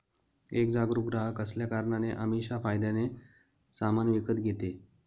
एक जागरूक ग्राहक असल्या कारणाने अमीषा फायद्याने सामान विकत घेते